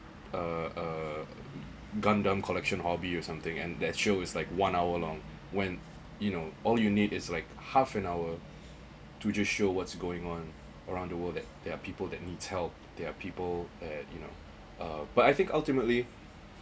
uh uh gundam collection hobby or something and that show is like one hour long when you know all you need is like half an hour to just show what's going on around the world that there are people that needs help there are people at you know uh but I think ultimately